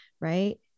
right